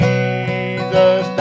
Jesus